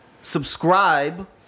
Subscribe